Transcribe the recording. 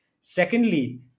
Secondly